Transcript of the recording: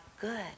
good